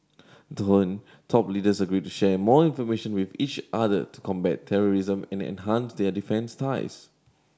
then top leaders agreed to share more information with each other to combat terrorism and enhance their defence ties